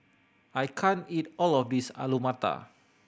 I can't eat all of this Alu Matar